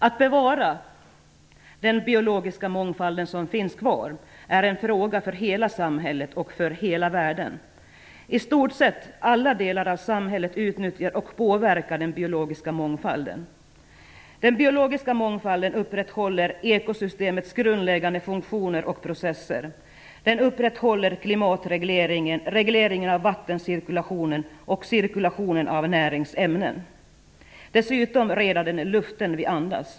Att bevara den biologiska mångfald som finns kvar är en fråga för hela samhället och för hela världen. I stort sett alla delar av samhället utnyttjar och påverkar den biologiska mångfalden. Den upprätthåller ekosystemets grundläggande funktioner och processer. Den upprätthåller klimatregleringen, regleringen av vattencirkulationen och cirkulationen av näringsämnen. Dessutom renar den luften vi andas.